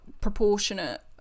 proportionate